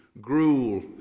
gruel